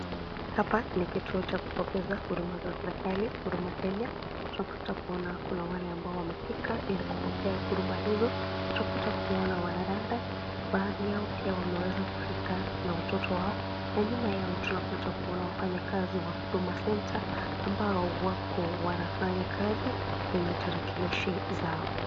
Hapa ni kituo cha kupokeza huduma za serikali Huduma Kenya, tunapata kuona kuna wale ambao wamefika ili kupokea huduma hizo, tunapata kuona wanadada, baadhi yao pia wameweza kufika na watoto wao, na nyuma yao tunapata kuona wafanyikazi wa Huduma Center ambao wako wanafanya kazi kwenye tarakilishi zao.